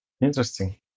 Interesting